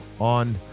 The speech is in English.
on